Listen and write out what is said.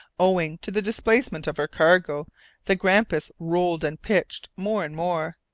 owing to the displacement of her cargo the grampus rolled and pitched more and more.